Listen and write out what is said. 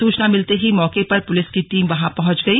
सूचना मिलते ही मौके पर पुलिस की टीम वहां पहुंच गई